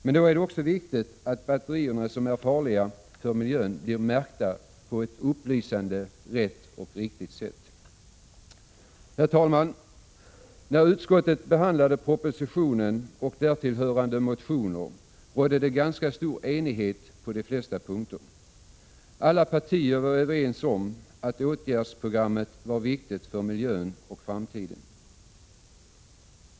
Men då är det också viktigt att batterierna som är farliga för miljön blir märkta på ett upplysande, rätt och riktigt sätt. Herr talman! När utskottet behandlade propositionen och därtill hörande motioner rådde det ganska stor enighet på de flesta punkter. Alla partier var överens om att åtgärdsprogrammet var viktigt för miljön och framtiden.